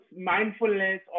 mindfulness